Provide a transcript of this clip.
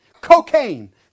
cocaine